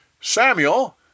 Samuel